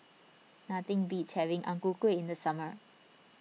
nothing beats having Ang Ku Kueh in the summer